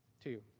to you.